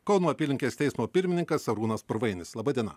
kauno apylinkės teismo pirmininkas arūnas purvainis laba diena